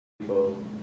people